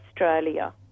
Australia